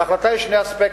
להחלטה יש שני אספקטים.